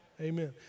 Amen